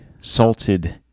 salted